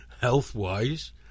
health-wise